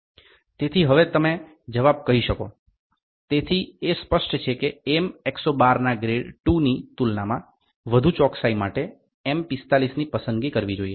તેથી હવે તમે જવાબ કહી શકો તેથી એ સ્પષ્ટ છે કે M 112 ના ગ્રેડ II ની તુલનામાં વધુ ચોકસાઈ માટે M 45ની પસંદગી કરવી જોઈએ